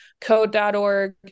code.org